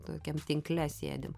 tokiam tinkle sėdim